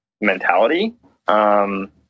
mentality